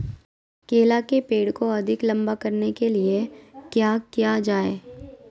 केला के पेड़ को अधिक लंबा करने के लिए किया किया जाए?